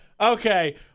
Okay